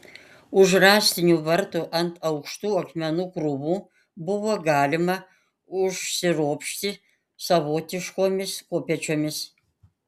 už rąstinių vartų ant aukštų akmenų krūvų buvo galima užsiropšti savotiškomis kopėčiomis